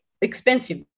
expensive